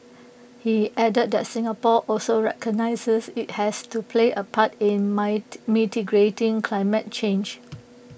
he added that Singapore also recognises IT has to play A part in mitigating climate change